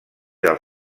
del